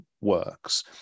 works